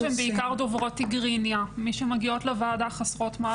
משרד הבריאות שרית ראובן מנהלת תחום רישוי מוסדות,